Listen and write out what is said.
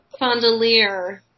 Fondelier